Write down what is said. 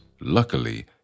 luckily